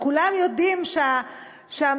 כשכולם יודעים שהמקסימום